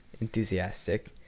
Enthusiastic